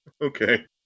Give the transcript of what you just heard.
Okay